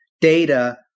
data